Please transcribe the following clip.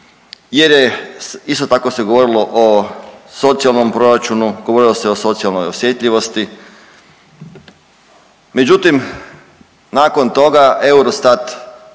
jer je isto tako se govorilo o socijalnom proračunu, govorilo se o socijalnoj osjetljivosti. Međutim, nakon toga Eurostat